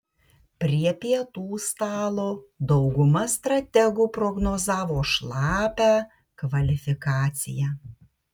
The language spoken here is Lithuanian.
prie pietų stalo dauguma strategų prognozavo šlapią kvalifikaciją